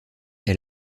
est